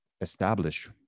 establish